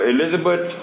Elizabeth